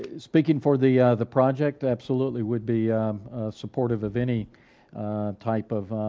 speaking for the the project, absolutely. would be supportive of any type of